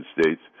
States